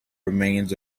remains